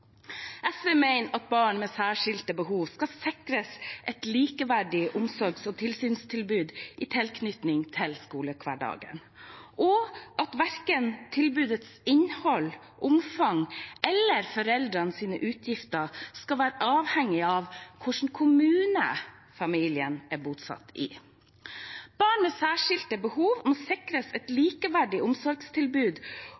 SV mener at barn med særskilte behov skal sikres et likeverdig omsorgs- og tilsynstilbud i tilknytning til skoledagen, og at verken tilbudets innhold, omfang eller foreldrenes utgifter skal være avhengig av hvilken kommune familien er bosatt i. Barn med særskilte behov må sikres et